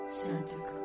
Santa